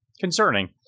concerning